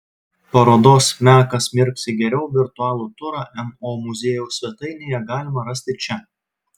parodos mekas mirksi geriau virtualų turą mo muziejaus svetainėje galima rasti čia